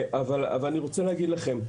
אני רוצה לומר לכם.